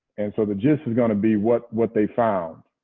and so the gist is going to be what what they found.